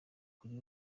kuri